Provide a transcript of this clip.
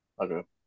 Okay